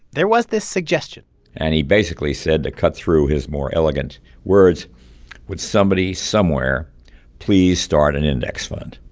there was this suggestion and he basically said, to cut through his more elegant words would somebody somewhere please start an index fund?